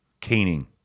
Caning